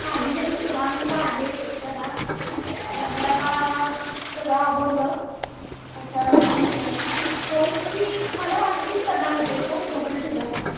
काही नाही निवांत आहे जरा म्हटलं आता सगळं आवरलं त्याच्यानंतर म्हटलं फोन मी मला वाट मीच करणार होते फोन तोपर्यंत तुझाच आला